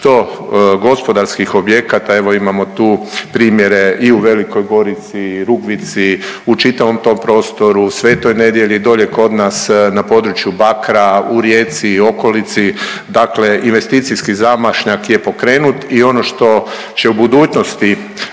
što gospodarskih objekata, evo imamo tu primjere i u Velikoj Gorici i Rugvici, u čitavom tom prostoru Svetoj Nedelji, dolje kod nas na području Bakra, u Rijeci i okolici. Dakle, investicijski zamašnjak je pokrenut i ono što će u budućnosti